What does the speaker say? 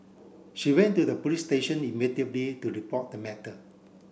she went to the police station immediately to report the matter